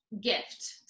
gift